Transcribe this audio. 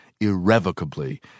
irrevocably